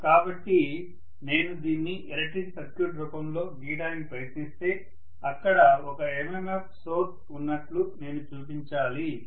కాబట్టి నేను దీన్ని ఎలక్ట్రిక్ సర్క్యూట్ రూపంలో గీయడానికి ప్రయత్నిస్తే అక్కడ ఒక MMF సోర్స్ ఉన్నట్లు నేను చూపించాలి